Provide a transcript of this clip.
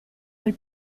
quel